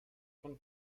von